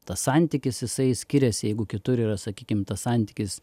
tas santykis jisai skiriasi jeigu kitur yra sakykim tas santykis